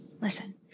listen